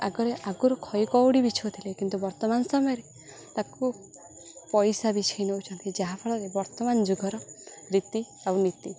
ଆଗରେ ଆଗରୁ ଖଇ କଉଡ଼ି ବିଛଉଥିଲେ କିନ୍ତୁ ବର୍ତ୍ତମାନ ସମୟରେ ତାକୁ ପଇସା ବିଛଇ ନଉଛନ୍ତି ଯାହାଫଳରେ ବର୍ତ୍ତମାନ ଯୁଗର ରୀତି ଆଉ ନୀତି